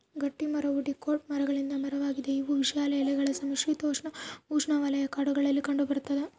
ಗಟ್ಟಿಮರವು ಡಿಕಾಟ್ ಮರಗಳಿಂದ ಮರವಾಗಿದೆ ಇವು ವಿಶಾಲ ಎಲೆಗಳ ಸಮಶೀತೋಷ್ಣಉಷ್ಣವಲಯ ಕಾಡುಗಳಲ್ಲಿ ಕಂಡುಬರ್ತದ